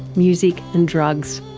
music and drugs.